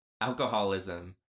alcoholism